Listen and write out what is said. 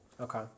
Okay